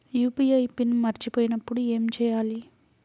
UPI PIN మరచిపోయినప్పుడు ఏమి చేయాలి?